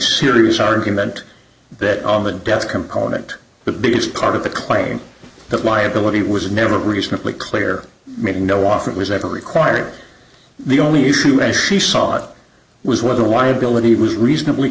serious argument that on the death component the biggest part of the claim that liability was never reasonably clear made no offer was ever required the only issue as she saw it was whether why ability was reasonably